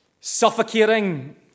suffocating